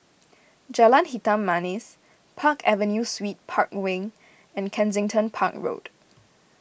Jalan Hitam Manis Park Avenue Suites Park Wing and Kensington Park Road